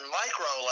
micro